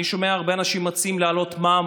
אני שומע הרבה אנשים מציעים להעלות מע"מ